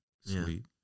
sweet